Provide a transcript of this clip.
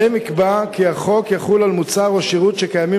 שבהם ייקבע כי החוק יחול על מוצר או שירות שקיימות